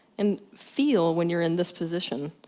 and feel, when you're in this position,